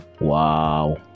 wow